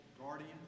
guardian